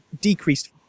decreased